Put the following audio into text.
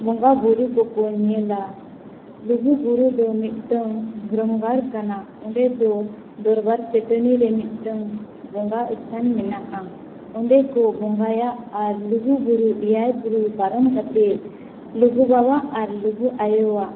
ᱵᱚᱸᱜᱟ ᱵᱳᱨᱳ ᱠᱚᱠᱚ ᱧᱮᱞᱟ ᱞᱩᱜᱩ ᱵᱩᱨᱩ ᱫᱚ ᱢᱤᱫᱴᱟᱹᱝ ᱫᱷᱚᱨᱚᱢᱜᱟᱲ ᱠᱟᱱᱟ ᱚᱸᱰᱮ ᱫᱚ ᱫᱚᱨᱵᱟᱨ ᱪᱟᱹᱴᱟᱹᱱᱤ ᱨᱮ ᱢᱤᱫᱴᱟᱹᱝ ᱵᱚᱸᱜᱟ ᱥᱛᱷᱟᱱ ᱢᱮᱱᱟᱜᱼᱟ ᱚᱸᱰᱮ ᱠᱚ ᱵᱚᱸᱜᱟᱭᱟ ᱟᱨ ᱞᱩᱜᱩ ᱵᱩᱨᱩ ᱮᱭᱟᱭ ᱵᱩᱨᱩ ᱯᱟᱨᱚᱢ ᱠᱟᱛᱮ ᱞᱩᱜᱩ ᱵᱟᱵᱟ ᱟᱨ ᱞᱩᱜᱩ ᱟᱭᱳᱣᱟᱜ